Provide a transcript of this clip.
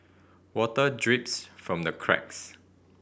water drips from the cracks